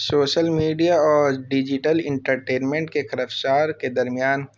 social media اور digital entertainment کے خلفشار کے درمیان